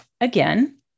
again